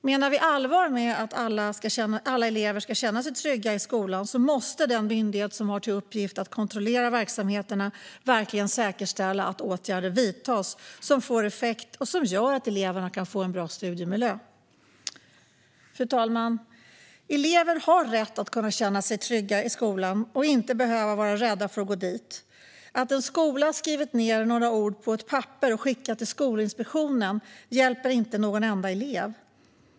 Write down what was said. Menar vi allvar med att alla elever ska känna sig trygga i skolan måste den myndighet som har till uppgift att kontrollera verksamheterna verkligen säkerställa att åtgärder vidtas som får effekt och som gör att eleverna kan få en bra studiemiljö. Fru talman! Elever har rätt att känna sig trygga i skolan och inte behöva vara rädda för att gå dit. Att en skola har skrivit ned några ord på ett papper och skickat till Skolinspektionen hjälper inte någon enda elev.